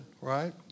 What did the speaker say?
right